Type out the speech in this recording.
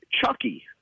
Chucky